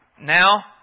Now